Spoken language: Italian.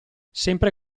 sempre